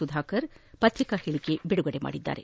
ಸುಧಾಕರ್ ಪ್ರತಿಕಾ ಹೇಳಕೆ ಬಿಡುಗಡೆ ಮಾಡಿದ್ದಾರೆ